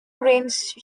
range